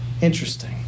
Interesting